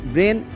Brain